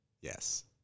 Yes